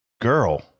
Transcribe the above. girl